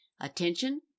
Attention